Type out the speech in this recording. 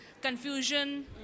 confusion